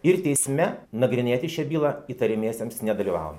ir teisme nagrinėti šią bylą įtariamiesiems nedalyvaujan